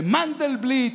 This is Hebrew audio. במנדלבליט,